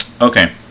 Okay